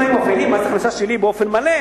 אם היינו מפעילים מס הכנסה שלילי באופן מלא,